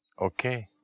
Okay